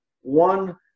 One